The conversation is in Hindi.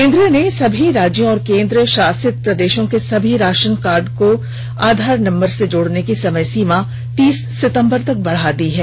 केंद्र ने सभी राज्यों और केंद्र शासित प्रदेशों के सभी राशनकार्ड को आधार नम्बर से जोड़ने की समय सीमा तीस सितम्बर तक बढ़ा दी है